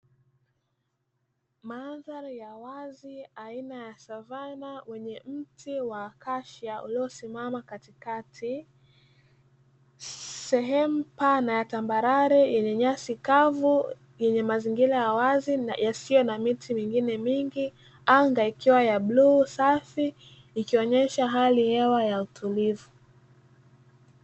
Mandhari ya wazi aina ya savana yenye mti wa akashia uliosimama katikati; sehemu pana ya tambarare yenye nyasi kavu, yenye mazingira ya wazi yasiyo na miti mingine mingi, anga tulivu ikiwa ya bluu safi. Ikionesha hali ya hewa ya utulivu.